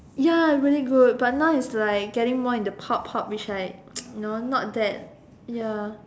ya really good but now is like getting into the pop pop which I you know not that ya